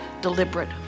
deliberate